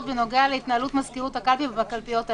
בנוגע להתנהלות מזכירות הקלפי בקלפיות האלה".